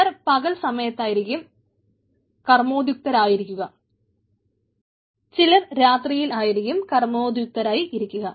ചിലർ പകൽ സമയത്തായിരിക്കും കർമ്മോദ്യുക്തമായിരിക്കുക ചിലർ രാത്രിയിൽ ആയിരിക്കും കർമ്മോദ്യുക്തമായിരിക്കുക ആയിരിക്കുക